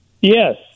Yes